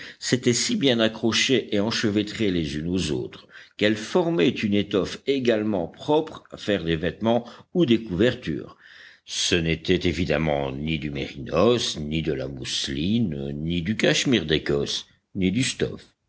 s'étaient si bien accrochées et enchevêtrées les unes aux autres qu'elles formaient une étoffe également propre à faire des vêtements ou des couvertures ce n'était évidemment ni du mérinos ni de la mousseline ni du cachemire d'écosse ni du stoff